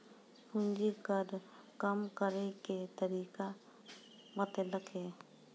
पूंजी कर कम करैय के तरीका बतैलकै